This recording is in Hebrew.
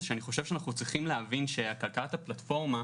אני חושב שאנחנו צריכים להבין שכלכלת הפלטפורמה,